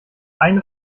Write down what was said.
eine